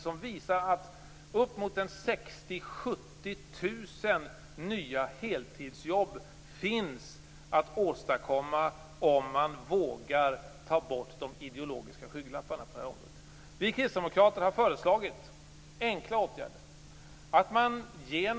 De visar att det går att åstadkomma uppemot 60 000 70 000 nya heltidsjobb om man vågar ta bort de ideologiska skygglapparna på det här området. Vi kristdemokrater har föreslagit enkla åtgärder.